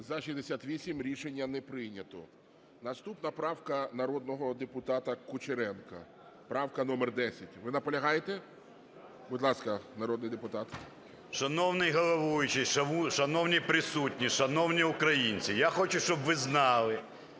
За-68. Рішення не прийнято. Наступна правка - народного депутата Кучеренка, правка номер 10. Ви наполягаєте? Будь ласка, народний депутат. 11:48:09 КУЧЕРЕНКО О.Ю. Шановний головуючий, шановні присутні, шановні українці! Я хочу, щоб ви знали,